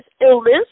illness